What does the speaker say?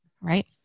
right